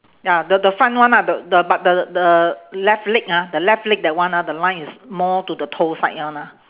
ya the the front one ah the the but the the left leg ha the left leg that one ah the line is more to the toe side one ah